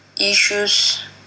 issues